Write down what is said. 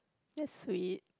that sweet